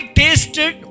tasted